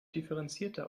differenzierter